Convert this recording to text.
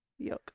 Yuck